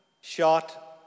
shot